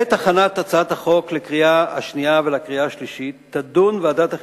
בעת הכנת הצעת החוק לקריאה השנייה ולקריאה השלישית תדון ועדת החינוך,